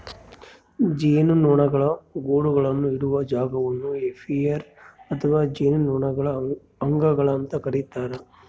ಜೇನುನೊಣಗಳ ಗೂಡುಗಳನ್ನು ಇಡುವ ಜಾಗವನ್ನು ಏಪಿಯರಿ ಅಥವಾ ಜೇನುನೊಣಗಳ ಅಂಗಳ ಅಂತ ಕರೀತಾರ